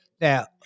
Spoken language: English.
Now